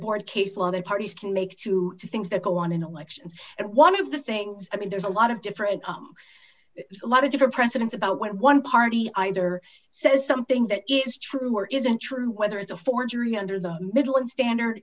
board case a lot of parties can make two things that go on in elections and one of the things i mean there's a lot of different a lot of different presidents about when one party either says something that is true or isn't true whether it's a forgery under the middle and standard